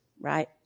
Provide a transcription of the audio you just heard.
right